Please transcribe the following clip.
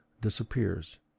disappears